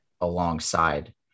alongside